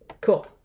Cool